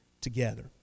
together